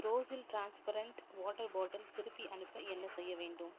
ப்ரோஸில் transparent water bottle திருப்பி அனுப்ப என்ன செய்ய வேண்டும்